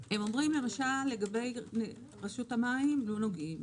למשל, לגבי רשות המים אומרים: לא נוגעים.